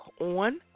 on